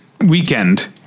weekend